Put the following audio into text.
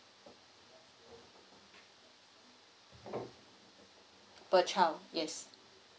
per child yes